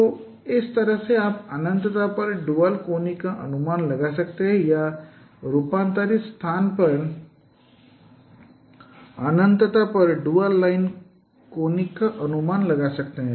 तो इस तरह से आप अनन्तता पर ड्यूल कोनिक का अनुमान लगा सकते हैं या रूपांतरित स्थान पर अनन्तता पर ड्यूल लाइन कोनिक का अनुमान लगा सकते हैं